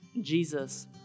Jesus